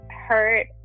Hurt